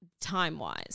time-wise